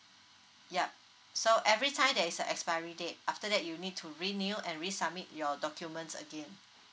yup so every time there is a expiry date after that you need to renew and resubmit your documents again